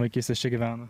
vaikystės čia gyveno